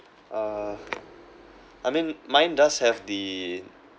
uh I mean mine does have the